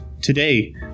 Today